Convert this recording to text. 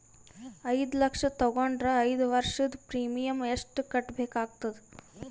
ಐದು ಲಕ್ಷ ತಗೊಂಡರ ಐದು ವರ್ಷದ ಪ್ರೀಮಿಯಂ ಎಷ್ಟು ಕಟ್ಟಬೇಕಾಗತದ?